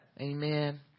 Amen